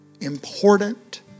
important